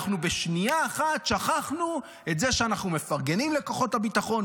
אנחנו בשנייה אחת שכחנו את זה שאנחנו מפרגנים לכוחות הביטחון,